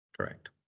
Correct